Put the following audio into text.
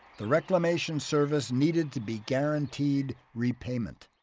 the reclamation service needed to be guaranteed repayment.